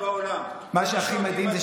שאתה מחבק סרבנים, זה מה שאותי מדאיג.